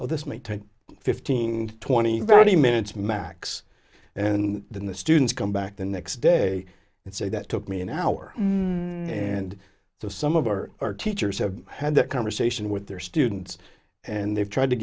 well this may take fifteen twenty thirty minutes max and then the students come back the next day and say that took me an hour and so some of our our teachers have had that conversation with their students and they've tried to